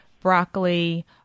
broccoli